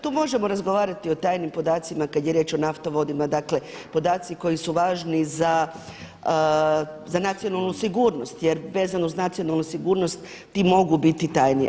Tu možemo razgovarati o tajnim podacima kad je riječ o naftovodima, dakle podaci koji su važni za nacionalnu sigurnost jer vezano uz nacionalnu sigurnost ti mogu biti tajni.